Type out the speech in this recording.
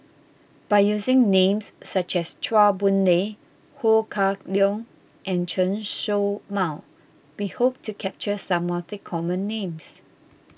by using names such as Chua Boon Lay Ho Kah Leong and Chen Show Mao we hope to capture some of the common names